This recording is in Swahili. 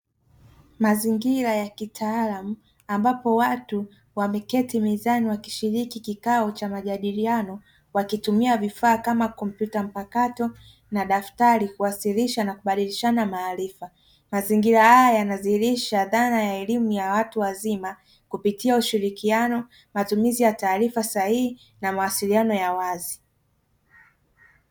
Mazingira ya kitaalamu ambapo watu wameketi mezani wakishiriki kikao cha majadiliano wakitumia vifaa kama kompyuta mpakato na daftari kuwasilisha na kubadilishana maarifa. Mazingira haya yanadhihirisha dhana ya elimu ya watu wazima kupitia ushirikiano, matumizi ya taarifa sahihi na mawasiliano ya wazi.